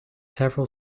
several